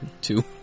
two